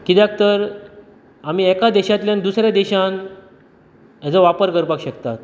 कित्याक तर आमी एका देशांतल्यान दुसऱ्या देशान हेजो वापर करपाक शकतात